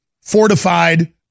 fortified